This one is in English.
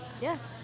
Yes